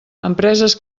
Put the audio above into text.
empreses